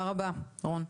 תודה רבה, רון.